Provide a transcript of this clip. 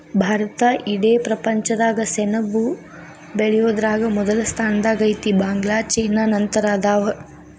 ಭಾರತಾ ಇಡೇ ಪ್ರಪಂಚದಾಗ ಸೆಣಬ ಬೆಳಿಯುದರಾಗ ಮೊದಲ ಸ್ಥಾನದಾಗ ಐತಿ, ಬಾಂಗ್ಲಾ ಚೇನಾ ನಂತರ ಅದಾವ